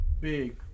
big